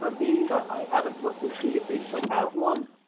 these i haven't looked to see if they still have one,